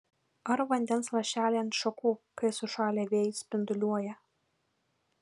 ar vandens lašeliai ant šakų kai sušalę vėjuj spinduliuoja